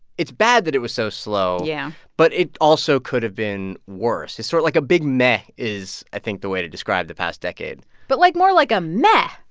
it's bad that it was so slow yeah but it also could have been worse. it's sort of like a big meh is i think the way to describe the past decade but like more like a meh.